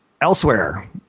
Elsewhere